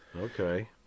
Okay